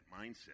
mindset